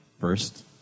first